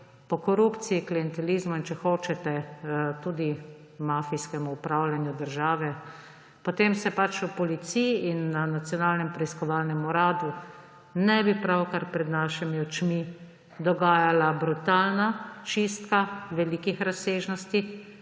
po korupciji, klientelizmu in, če hočete, tudi mafijskemu upravljanju države, potem se pač v Policiji in na Nacionalnem preiskovalnem uradu ne bi pravkar pred našimi očmi dogajala brutalna čistka velikih razsežnosti